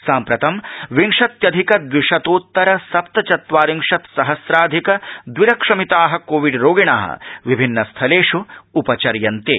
साम्प्रतं विंशत्यधिक द्विशतोत्तर सप्रचत्वारिंशत् सहस्राधिक द्वि लक्षमिता कोविड् रोगिण विभिन्नस्थलेष् उपचर्यन्ते